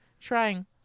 trying